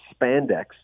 spandex